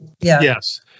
Yes